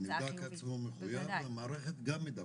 הנבדק עצמו מחויב והמערכת גם מדווחת?